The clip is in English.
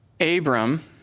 Abram